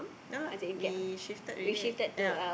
no lah we shifted already ya